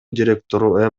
директору